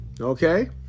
Okay